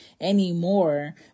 anymore